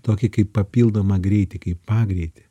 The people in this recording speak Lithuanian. tokį kaip papildomą greitį kaip pagreitį